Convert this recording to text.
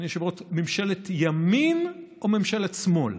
ממשלת ימין או ממשלת שמאל.